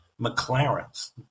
McLaren's